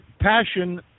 passion